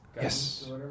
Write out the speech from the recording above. Yes